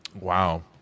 Wow